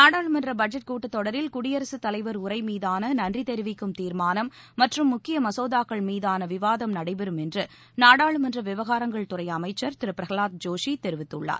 நாடாளுமன்ற பட்ஜெட் கூட்டத் தொடரில் குடியரசுத்தலைவர் உரை மீதான நன்றி தெரிவிக்கும் தீர்மானம் மற்றும் முக்கிய மசோதாக்கள் மீதான விவாதம் நடைபெறும் என்று நாடாளுமன்ற விவகாரங்கள் துறை அமைச்சர் திரு பிரகலாத் ஜோஷி தெரிவித்துள்ளார்